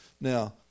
Now